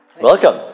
Welcome